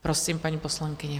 Prosím, paní poslankyně.